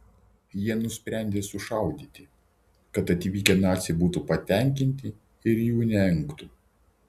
jie nusprendė sušaudyti kad atvykę naciai būtų patenkinti ir jų neengtų